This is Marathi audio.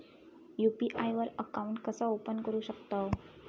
यू.पी.आय वर अकाउंट कसा ओपन करू शकतव?